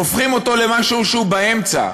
הופכים אותו למשהו שהוא באמצע,